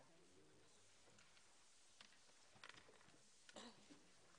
הישיבה ננעלה בשעה 14:13.